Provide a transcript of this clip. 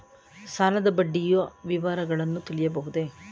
ಸಾಲದ ಬಡ್ಡಿಯ ವಿವರಗಳನ್ನು ತಿಳಿಯಬಹುದೇ?